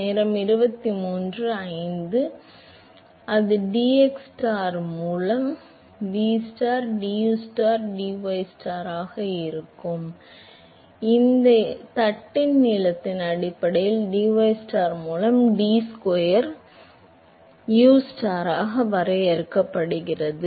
மாணவர் எனவே அது dxstar மூலம் dxstar மற்றும் vstar dustar மூலம் dystar ஆக இருக்கும் இது dxstar இன் மைனஸ் dPstar க்கு சமம் மற்றும் ரெனால்ட்ஸ் எண்ணின் மூலம் ஒன்று தட்டின் நீளத்தின் அடிப்படையில் dystar மூலம் d ஸ்கொயர் உஸ்டாராக வரையறுக்கப்படுகிறது